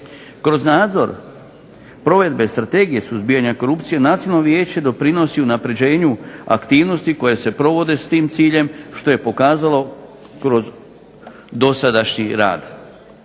Kroz nadzor provedbe Strategije suzbijanja korupcije Nacionalno vijeće doprinosi unapređenju aktivnosti koje se provode s tim ciljem što je pokazalo kroz dosadašnji rad.